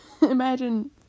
Imagine